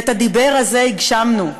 ואת הדיבר הזה הגשמנו.